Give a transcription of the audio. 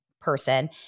person